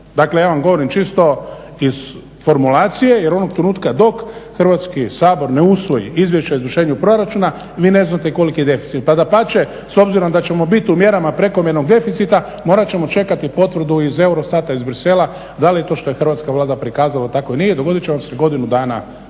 Dakle ja vam govorim čisto iz formulacije jer onog trenutka dok Hrvatski sabor ne usvoji izvješće o izvršenju proračuna vi ne znate koliki je deficit, pa dapače s obzirom da ćemo biti u mjerama prekomjernog deficita morat ćemo čekati potvrdu iz EUROSTAT-a iz Bruxellesa da li je to što je hrvatska Vlada prikazala tako ili nije i dogodit će vam se godinu dana